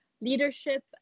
leadership